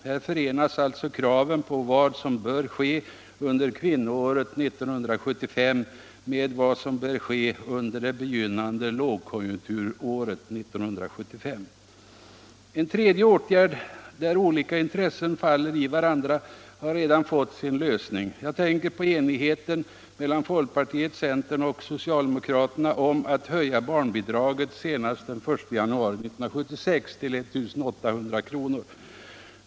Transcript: Här förenas alltså kraven på vad som bör ske under kvinnoåret 1975 med vad som bör ske under det begynnande lågkonjunkturåret 1975. En tredje fråga där olika intressen faller i varandra har redan fått sin lösning. Jag tänker på enigheten mellan folkpartiet, centerpartiet och socialdemokraterna om att höja barnbidraget senast från 1 januari 1976 till 1800 kr.